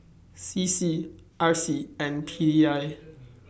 C C R C and P D I